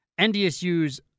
NDSU's